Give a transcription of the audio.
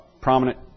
prominent